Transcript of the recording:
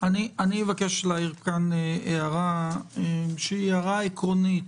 אבקש להעיר כאן הערה עקרונית,